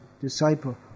disciple